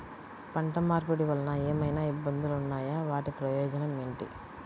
పంట మార్పిడి వలన ఏమయినా ఇబ్బందులు ఉన్నాయా వాటి ప్రయోజనం ఏంటి?